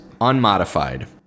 Unmodified